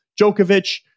Djokovic